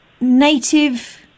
native